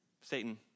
Satan